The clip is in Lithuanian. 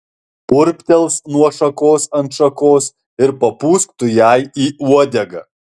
purptels nuo šakos ant šakos ir papūsk tu jai į uodegą